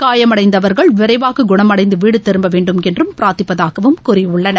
காயமடந்தவர்கள் விரைவாக குணமடந்து வீடு திரும்ப வேண்டுமென்று பிரார்த்திப்பதாக கூறிபுள்ளனர்